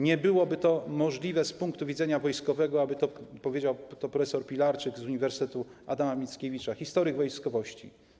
Nie byłoby to możliwe z punktu widzenia wojskowego, powiedział to prof. Pilarczyk z Uniwersytetu Adama Mickiewicza, historyk wojskowości.